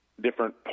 different